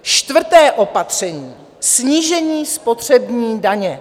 Čtvrté opatření snížení spotřební daně.